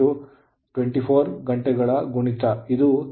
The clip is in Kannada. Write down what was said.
153 24 ಗಂಟೆಗಳ ಗುಣಿತ ಇದು 3